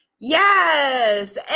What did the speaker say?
Yes